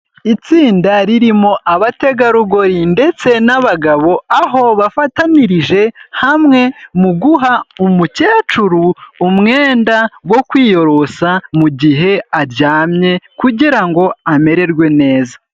Itsinda ririmo abategarugori ndetse n'abagabo, aho bafatanirije hamwe mu guha umukecuru umwenda wo kwiyorosa mugihe aryamye. Kugira ngo amererwe neza.